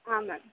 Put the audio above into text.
ಹಾಂ ಮ್ಯಾಮ್